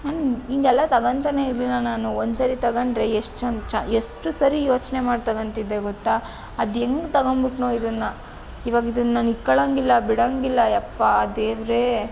ಹೀಗೆಲ್ಲ ತಗಂತನೇ ಇರಲಿಲ್ಲ ನಾನು ಒಂದ್ಸರಿ ತೊಗೊಂಡ್ರೆ ಎಷ್ಟು ಎಷ್ಟು ಸರಿ ಯೋಚನೆ ಮಾಡಿ ತಗಂತಿದ್ದೆ ಗೊತ್ತಾ ಅದು ಹೇಗೆ ತಗಂಬಿಟ್ನೋ ಇದನ್ನು ಈವಾಗ ಇದನ್ನು ನಾನು ಇಟ್ಕಳಂಗಿಲ್ಲ ಬಿಡಂಗಿಲ್ಲ ಯಪ್ಪಾ ದೇವರೇ